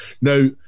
now